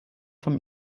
vom